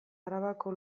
arabako